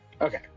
okay